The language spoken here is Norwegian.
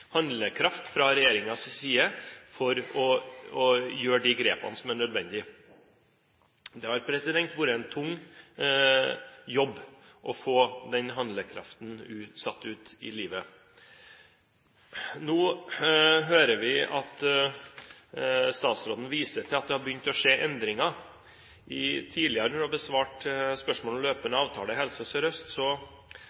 handlekraft fra regjeringens side for å gjøre de grepene som er nødvendige. Det har vært en tung jobb å få satt den handlekraften ut i livet. Nå hører vi at statsråden viser til at det har begynt å skje endringer. Når hun tidligere har svart på spørsmål om løpende